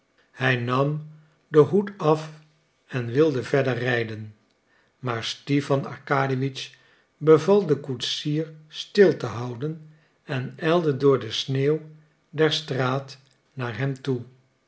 hij nam den hoed af en wilde verder rijden maar stipan arkadiewitsch beval den koetsier stil te houden en ijlde door de sneeuw der straat naar hem toe